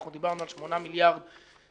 אנחנו דיברנו על 8 מיליארד ועל